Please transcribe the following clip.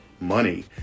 money